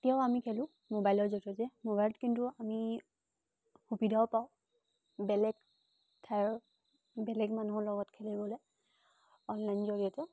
এতিয়াও আমি খেলোঁ মোবাইলৰ জৰিয়তে মোবাইলত কিন্তু আমি সুবিধাও পাওঁ বেলেগ ঠাইৰ বেলেগ মানুহৰ লগত খেলিবলৈ অনলাইন জৰিয়তে